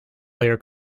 layer